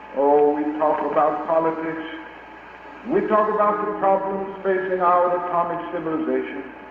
oh, we talk about politics we talk about the the problems facing our atomic civilization.